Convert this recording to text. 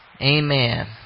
Amen